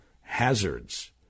hazards